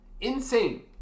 Insane